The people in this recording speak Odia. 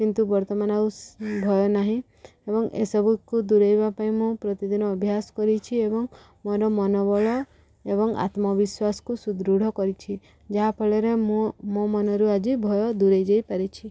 କିନ୍ତୁ ବର୍ତ୍ତମାନ ଆଉ ଭୟ ନାହିଁ ଏବଂ ଏସବୁକୁ ଦୂରେଇବା ପାଇଁ ମୁଁ ପ୍ରତିଦିନ ଅଭ୍ୟାସ କରିଛି ଏବଂ ମୋର ମନୋବଳ ଏବଂ ଆତ୍ମବିଶ୍ୱାସକୁ ସୁଦୃଢ଼ କରିଛି ଯାହାଫଳରେ ମୁଁ ମୋ ମନରୁ ଆଜି ଭୟ ଦୂରେଇ ଯାଇପାରିଛି